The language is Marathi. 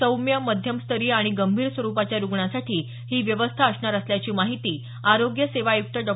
सौम्य मध्यमस्तरीय आणि गंभीर स्वरूपाच्या रुग्णांसाठी ही व्यवस्था असणार असल्याची माहिती आरोग्य सेवा आयुक्त डॉ